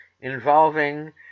involving